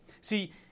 See